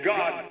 God